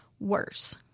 Worse